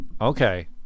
Okay